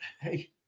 hey